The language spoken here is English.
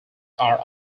are